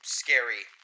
scary